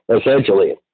essentially